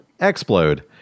explode